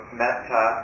metta